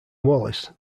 wallace